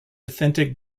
authentic